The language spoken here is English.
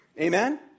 Amen